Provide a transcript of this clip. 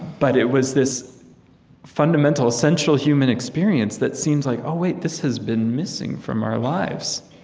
but it was this fundamental, essential human experience that seems like, oh, wait, this has been missing from our lives.